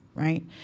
Right